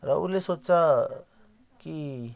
र उसले सोच्छ कि